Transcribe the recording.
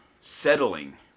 settling